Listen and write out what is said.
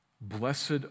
blessed